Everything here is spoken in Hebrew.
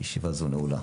הישיבה הזו נעולה.